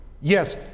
Yes